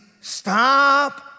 stop